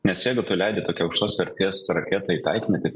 nes jeigu tu leidi tokia aukštos vertės raketą į taikinį tai